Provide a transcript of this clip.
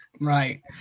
Right